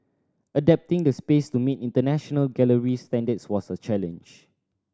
adapting the space to meet international gallery standards was a challenge